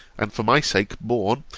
and for my sake borne,